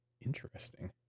Interesting